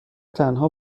تنها